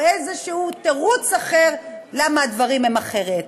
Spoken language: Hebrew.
או איזה תירוץ אחר למה הדברים הם אחרת.